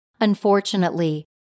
Unfortunately